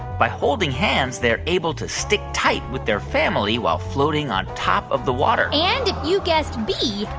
by holding hands, they're able to stick tight with their family while floating on top of the water and if you guessed b,